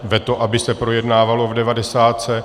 Veto, aby se projednávalo v devadesátce.